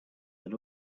had